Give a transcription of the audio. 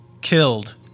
killed